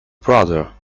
brother